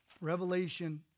Revelation